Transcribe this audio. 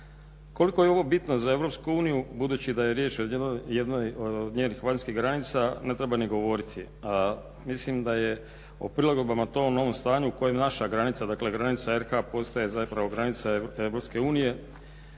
Koliko je ovo bitno za EU budući da je riječ o jednoj od njenih vanjskih granica ne treba ni govoriti. Mislim da je o prilagodbama tom novom stanju u kojem naša granica dakle granica RH postaje zapravo granica EU